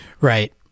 Right